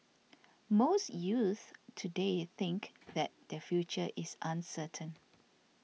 most youths today think that their future is uncertain